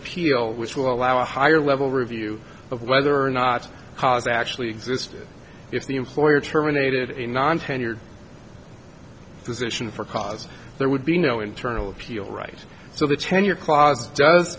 appeal which will allow a higher level review of whether or not cars actually existed if the employer terminated a non tenured position for cause there would be no internal appeal right so the tenure closet does